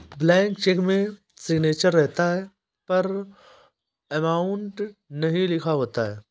blank cheque में signature रहता है पर अमाउंट नहीं लिखा होता है